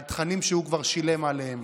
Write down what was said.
על תכנים שהוא כבר שילם עליהם.